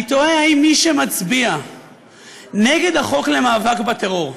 אני תוהה, מי שמצביע נגד חוק המאבק בטרור,